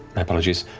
my apologies.